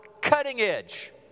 cutting-edge